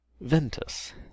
Ventus